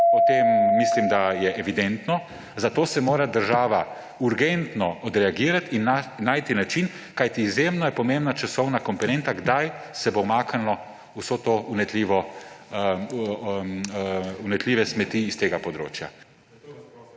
To mislim, da je evidentno, zato mora država urgentno odreagirati in najti način. Kajti izjemno pomembna je časovna komponenta, kdaj se bo umaknilo vse te vnetljive smeti s tega področja.